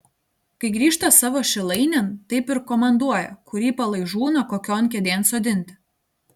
kai grįžta savo šilainėn taip ir komanduoja kurį palaižūną kokion kėdėn sodinti